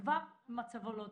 כבר מצבו לא טוב.